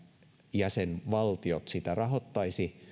jäsenvaltiot sitä rahoittaisivat